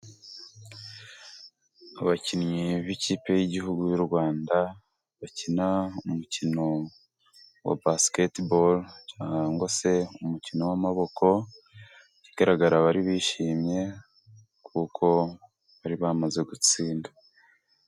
Abakinnyi b'ikipe y'igihugu y'u Rwanda bakina umukino wa basketiboro cyangwa se umukino w'amaboko ikigaragara bari bishimye kuko bari bamaze gutsinda.